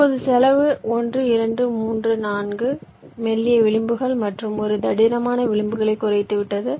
இப்போது செலவு 1 2 3 4 மெல்லிய விளிம்புகள் மற்றும் ஒரு தடிமனான விளிம்புகளைக் குறைத்துவிட்டது